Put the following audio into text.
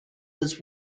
was